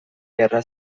gerra